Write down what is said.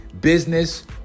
business